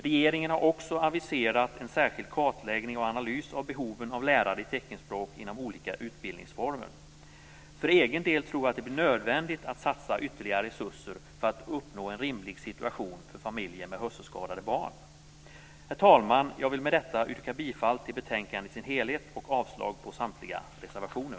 Regeringen har också aviserat en särskild kartläggning och analys av behoven av lärare i teckenspråk inom olika utbildningsformer. För egen del tror jag att det blir nödvändigt att satsa ytterligare resurser för att uppnå en rimlig situation för familjer med hörselskadade barn. Herr talman! Jag vill med detta yrka bifall till utskottets hemställan i dess helhet och avslag på samtliga reservationer.